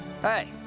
Hey